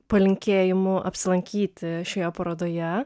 palinkėjimu apsilankyti šioje parodoje